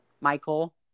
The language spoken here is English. Michael